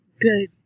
good